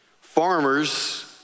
farmers